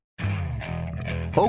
Okay